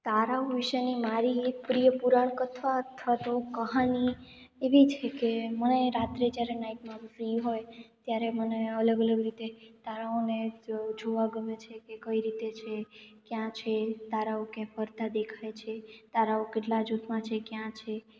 તારાઓ વિશેની મારી એક પ્રિય પુરાણ કથા અથવા તો કહાની એવી છે કે મને રાત્રે જ્યારે નાઇટમાં ફ્રી હોય ત્યારે મને અલગ અલગ રીતે તારાઓને જોવા ગમે છે કે કઈ રીતે છે ક્યાં છે તારાઓ ક્યાં ફરતાં દેખાય છે તારાઓ કેટલાં જૂથમાં છે ક્યાં છે